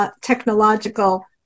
technological